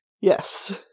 Yes